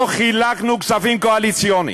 לא חילקנו כספים קואליציוניים.